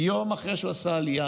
יום אחרי שהוא עשה עלייה,